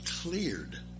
cleared